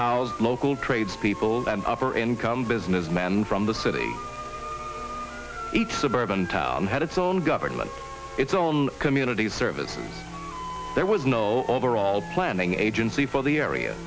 housed local tradespeople upper income businessmen from the city each suburban town had its own government its own community service there was no overall planning agency for the area